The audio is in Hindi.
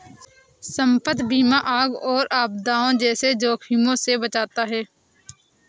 संपत्ति बीमा आग और आपदाओं जैसे जोखिमों से बचाता है